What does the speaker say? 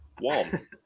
One